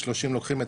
30 לוקחים,